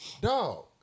dog